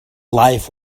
life